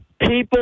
people